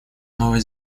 новая